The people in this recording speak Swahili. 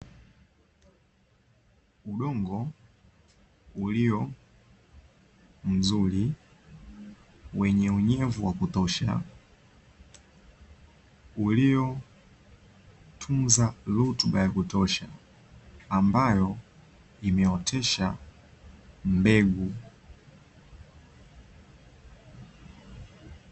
Udongo ulio mzuri, wenye unyevu wa kutosha. Uliotunza rutuba ya kutosha ambayo imeotesha mbegu.